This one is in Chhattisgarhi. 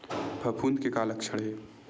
फफूंद के का लक्षण हे?